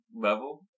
level